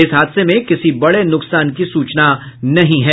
इस हादसे में किसी बड़े नुकसान की सूचना नहीं है